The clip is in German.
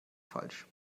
falsch